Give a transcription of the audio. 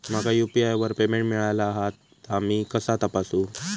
माका यू.पी.आय वर पेमेंट मिळाला हा ता मी कसा तपासू?